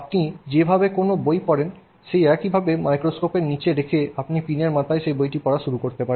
আপনি যেভাবে কোনও বই পড়েন সেভাবেইতা মাইক্রোস্কোপের নীচে রেখে আপনি পিনের মাথায় সেই বইটি পড়া শুরু করতে পারেন